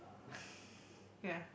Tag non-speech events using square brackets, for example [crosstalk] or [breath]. [breath] ya